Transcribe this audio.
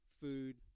food